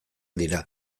dira